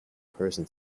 person